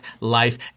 life